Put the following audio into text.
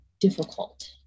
difficult